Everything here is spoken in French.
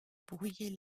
brouiller